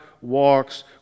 walks